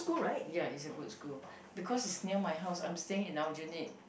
ya is a good school because is near my house I'm staying in aljunied